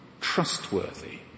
trustworthy